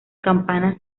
campanas